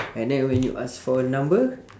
and then when you ask for her number